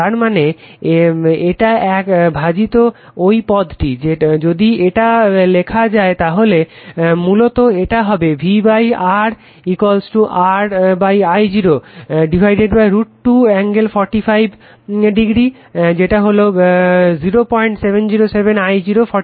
তার মানে এটা এক ভাজিত ঐ পদটি যদি এটা লেখা যায় তাহলে মূলত এটা হবে V R RI 0 √ 2 45° যেটা হলো 0707 I 045°